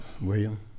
William